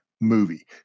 movie